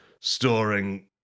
storing